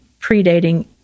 predating